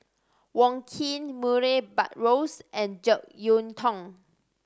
Wong Keen Murray Buttrose and Jek Yeun Thong